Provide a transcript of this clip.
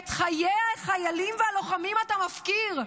את חיי החיילים והלוחמים אתה מפקיר".